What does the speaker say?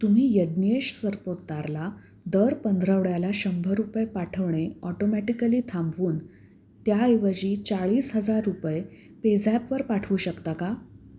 तुम्ही यज्ञेश सरपोतदारला दर पंधरवड्याला शंभर रुपये पाठवणे ऑटोमॅटिकली थांबवून त्याऐवजी चाळीस हजार रुपये पेझॅपवर पाठवू शकता का